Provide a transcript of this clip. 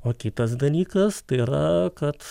o kitas dalykas tai yra kad